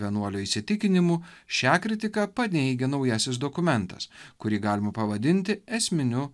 vienuolio įsitikinimu šią kritiką paneigia naujasis dokumentas kurį galima pavadinti esminiu